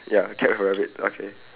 ya cat with a rabbit okay